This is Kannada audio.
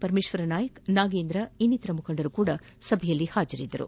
ಪರಮೇಶ್ವರ ನಾಯ್ಕ್ ನಾಗೇಂದ್ರ ಇನ್ನಿತರ ಮುಖಂಡರು ಸಹ ಸಭೆಯಲ್ಲಿ ಭಾಗಿಯಾಗಿದ್ದರು